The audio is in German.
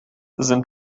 sind